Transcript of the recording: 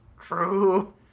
True